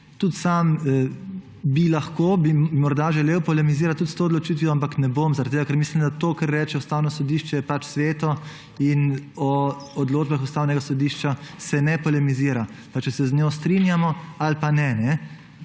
Tudi sam bi lahko, bi morda želel polemizirati tudi s to odločitvijo, ampak ne bom, zaradi tega, ker mislim, da to, kar reče Ustavno sodišče, je pač sveto. O odločbah Ustavnega sodišča se ne polemizira, pa če se z njimi strinjamo ali pa ne.